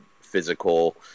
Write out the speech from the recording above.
physical